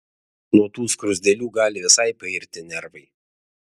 nuo tų skruzdėlių gali visai pairti nervai